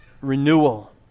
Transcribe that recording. renewal